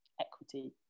equity